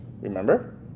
remember